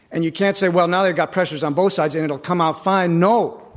and you can't say, well, now they've got pressures on both sides and it'll come out fine. no.